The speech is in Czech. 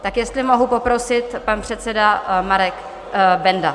Tak jestli mohu poprosit, pan předseda Marek Benda.